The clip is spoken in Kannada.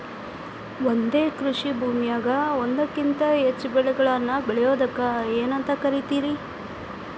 ಒಂದೇ ಕೃಷಿ ಭೂಮಿಯಾಗ ಒಂದಕ್ಕಿಂತ ಹೆಚ್ಚು ಬೆಳೆಗಳನ್ನ ಬೆಳೆಯುವುದಕ್ಕ ಏನಂತ ಕರಿತಾರಿ?